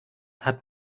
hat